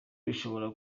bishobora